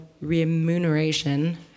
remuneration